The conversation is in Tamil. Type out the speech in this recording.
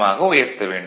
ஆக உயர்த்த வேண்டும்